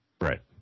Right